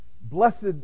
Blessed